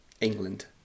England